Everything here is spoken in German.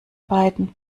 beiden